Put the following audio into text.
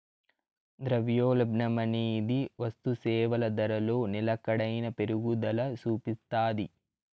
ద్రవ్యోల్బణమనేది వస్తుసేవల ధరలో నిలకడైన పెరుగుదల సూపిస్తాది